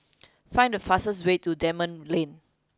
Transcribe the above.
find the fastest way to Dunman Lane